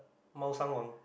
Mao-Shan-Wang